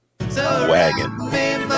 Wagon